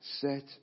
set